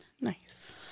Nice